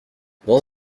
dans